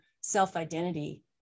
self-identity